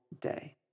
day